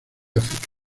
áfrica